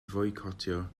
foicotio